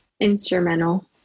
instrumental